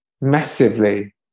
massively